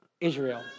Israel